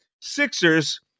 Sixers